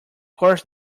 course